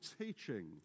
teaching